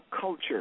culture